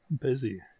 Busy